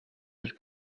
del